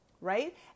Right